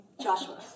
Joshua